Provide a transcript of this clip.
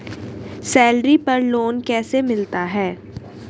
Salary पर loan कैसे मिलता है?